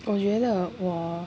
我觉得我